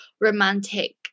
romantic